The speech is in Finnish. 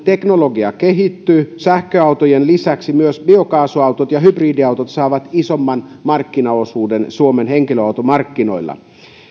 teknologia kehittyy sähköautojen lisäksi myös biokaasuautot ja hybridiautot saavat isomman markkinaosuuden suomen henkilöautomarkkinoilla